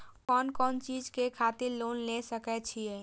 कोन कोन चीज के खातिर लोन ले सके छिए?